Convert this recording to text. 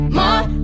more